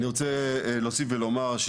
אני רוצה להוסיף ולומר,